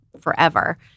forever